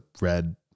red